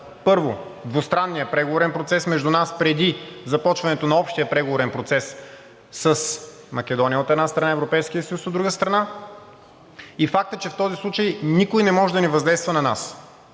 първо, двустранният преговорен процес между нас преди започването на общия преговорен процес с Македония, от една страна, и Европейският съюз, от друга страна, и фактът, че в този случай никой не може да ни въздейства на нас.